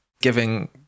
Giving